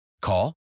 Call